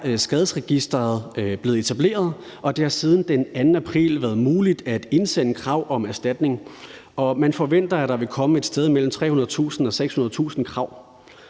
skaderegisteret blevet etableret, og det har siden den 2. april været muligt at indsende krav om erstatning, og man forventer, at der vil komme et sted mellem 300.000-600.000 krav.